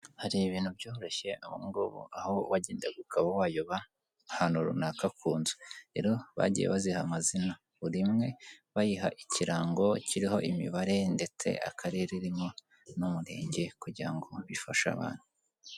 Hari ibintu byoroshye ubungubu aho wagendaga ukaba wayoba ahantu runaka ku nzu, rero bagiye baziha amazina buri rimwe bayiha ikirango kiriho imibare ndetse akarere irimo n'umurenge kugira ngo ifashe abantu.